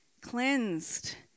cleansed